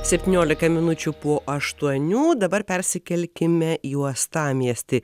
septyniolika minučių po aštuonių dabar persikelkime į uostamiestį